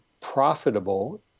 profitable